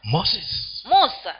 Moses